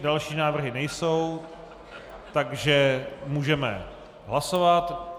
Další návrhy nejsou, takže můžeme hlasovat.